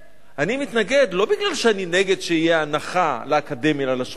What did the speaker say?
אני מתנגד לא בגלל שאני נגד הנחה לאקדמיה ללשון העברית,